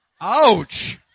Ouch